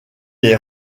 est